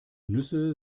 nüsse